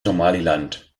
somaliland